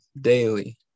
daily